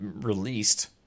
released